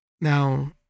Now